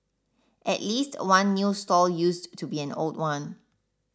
at least one new stall used to be an old one